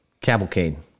Cavalcade